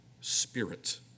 spirit